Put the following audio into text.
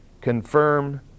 confirm